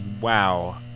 wow